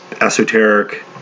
esoteric